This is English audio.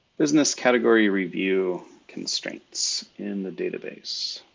business category review constraints in the database.